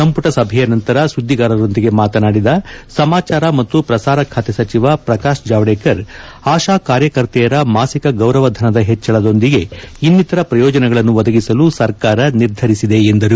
ಸಂಪುಟ ಸಭೆಯ ನಂತರ ಸುದ್ದಿಗಾರರೊಂದಿಗೆ ಮಾತನಾದಿದ ಸಮಾಚಾರ ಮತ್ತು ಪ್ರಸಾರ ಖಾತೆ ಸಚಿವ ಸಚಿವ ಪ್ರಕಾಶ್ ಜಾವಡೇಕರ್ ಆಶಾ ಕಾರ್ಯಕರ್ತೆಯರ ಮಾಸಿಕ ಗೌರವಧನದ ಹೆಚ್ಚಳದೊಂದಿಗೆ ಇನ್ನಿತರ ಪ್ರಯೋಜನಗಳನ್ನು ಒದಗಿಸಲು ಸರ್ಕಾರ ನಿರ್ಧರಿಸಿದೆ ಎಂದರು